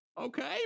Okay